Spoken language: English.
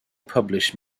publish